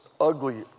ugly